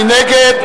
מי נגד?